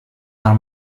del